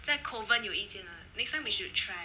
在 kovan 有一间 next time we should try